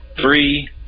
three